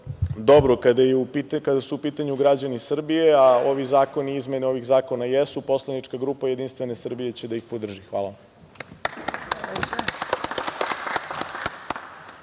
dobro kada su u pitanju građani Srbije, a ovi zakoni i izmene ovih zakona jesu, poslanička grupa JS će da ih podrži. Hvala